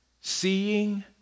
Seeing